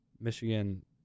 Michigan